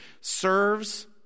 Serves